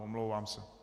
Omlouvám se.